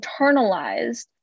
internalized